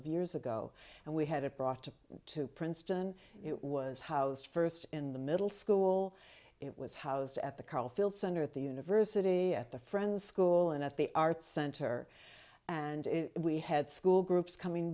of years ago and we had it brought to to princeton it was housed first in the middle school it was housed at the carl fields center at the university at the friends school and at the art center and we had school groups coming